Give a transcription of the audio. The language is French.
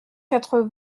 quatre